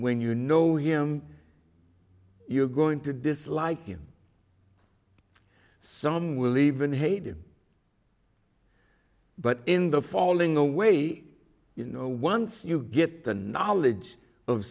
when you know him you're going to dislike him some will even hate him but in the falling away you know once you get the knowledge of